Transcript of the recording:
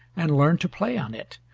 and learned to play on it,